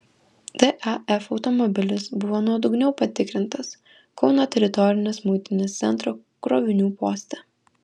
daf automobilis buvo nuodugniau patikrintas kauno teritorinės muitinės centro krovinių poste